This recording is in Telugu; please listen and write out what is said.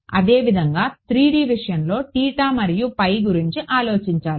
అదేవిధంగా 3డి విషయంలో మరియు గురించి ఆలోచించాలి